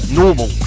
normal